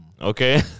okay